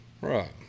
Right